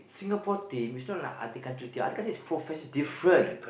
Singapore team is not like other country team other country is professional different